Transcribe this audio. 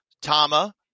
Tama